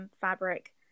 fabric